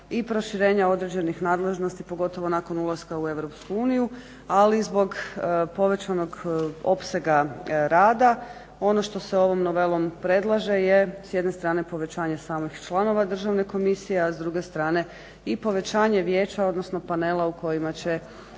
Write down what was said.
i proširenja određenih nadležnosti pogotovo nakon ulaska u EU ali zbog povećanog opsega rada ono što se ovom novelom predlaže je s jedne strane povećanje samih članova državne komisije, a s druge strane i povećanje vijeća odnosno panela u kojima će